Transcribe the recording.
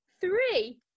Three